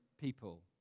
people